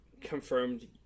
confirmed